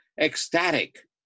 ecstatic